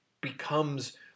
becomes